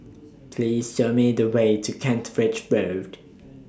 Please Show Me The Way to Kent Ridge Road